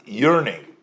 yearning